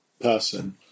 person